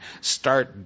start